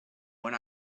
when